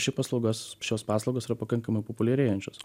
ši paslaugas šios paslaugos yra pakankamai populiarėjančios